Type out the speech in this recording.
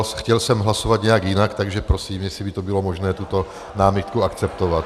Chtěl jsem hlasovat nějak jinak, takže prosím, jestli by bylo možné tuto námitku akceptovat.